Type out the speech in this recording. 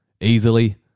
easily